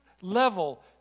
level